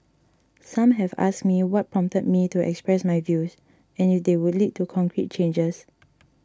some have asked me what prompted me to express my views and if they would lead to concrete changes